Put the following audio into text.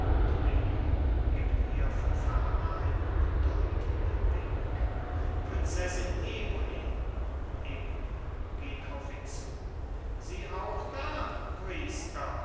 domingo gibt ihr von ferne einen bedeutenden wink prinzessin eboli eboli geht auf ihn zu sie auch da priester